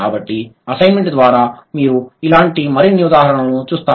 కాబట్టి అసైన్మెంట్ ద్వారా మీరు ఇలాంటి మరిన్ని ఉదాహరణలను చూస్తారు